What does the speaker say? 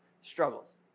struggles